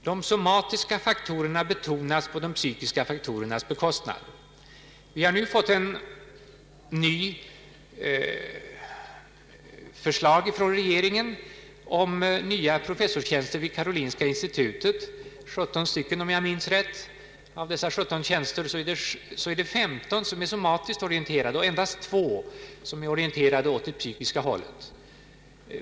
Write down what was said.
De somatiska faktorerna betonas på de psykiska faktorernas bekostnad. Vi har nu fått ett nytt förslag från regeringen om nya professurer vid Karolinska institutet — 17 stycken om jag minns rätt. Av dessa är 15 somatiskt orienterade och endast två orienterade åt det psykiska hållet.